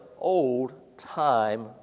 old-time